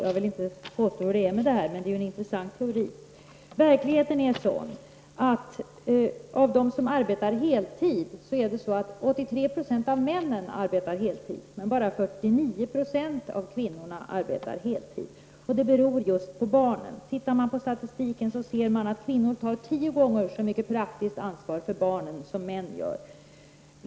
Jag vill inte påstå att det ligger till så, men det är ju en intressant teori. Verkligheten är att 85 26 av männen arbetar heltid, medan bara 49 96 av kvinnorna arbetar heltid. Det beror just på barnen. Ser man på statistiken, så finner man att kvinnor tar tio gånger så mycket praktiskt ansvar för barnen som män.